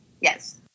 Yes